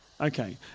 Okay